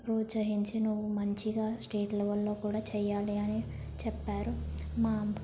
ప్రోత్సహించి నువ్వు మంచిగా స్టేట్ లెవెల్లో కూడా చెయ్యాలి అని చెప్పారు మా